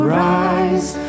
rise